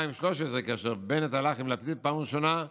2013, כאשר בנט הלך עם לפיד פעם ראשונה,